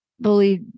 believe